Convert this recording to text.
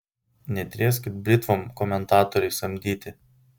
netrieskit britvom komentatoriai samdyti